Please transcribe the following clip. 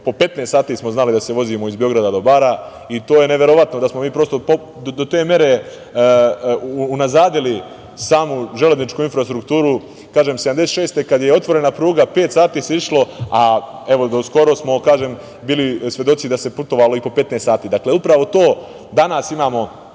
po 15 sati smo znali da se vozimo iz Beograda do Bara. To je neverovatno da smo mi do te mere unazadili samu železničku infrastrukturu. Kažem, 1976. godine kada je otvorena pruga pet sati se išlo, a evo do skoro smo bili svedoci da se putovalo i po 15 sati. Dakle, upravo danas imamo